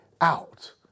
out